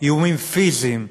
איומים פיזיים,